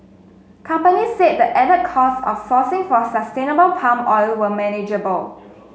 companies said the added costs of sourcing for sustainable palm oil were manageable